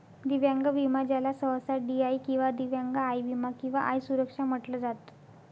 दिव्यांग विमा ज्याला सहसा डी.आय किंवा दिव्यांग आय विमा किंवा आय सुरक्षा म्हटलं जात